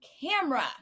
Camera